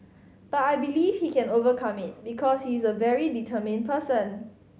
but I believe he can overcome it because he is a very determined person